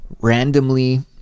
randomly